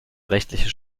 rechtliche